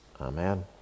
Amen